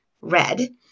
red